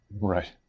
Right